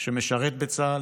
שמשרת בצה"ל,